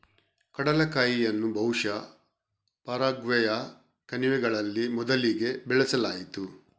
ಕಡಲೆಕಾಯಿಯನ್ನು ಬಹುಶಃ ಪರಾಗ್ವೆಯ ಕಣಿವೆಗಳಲ್ಲಿ ಮೊದಲಿಗೆ ಬೆಳೆಸಲಾಯಿತು